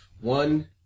One